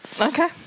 Okay